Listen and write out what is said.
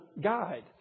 guide